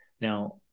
now